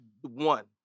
one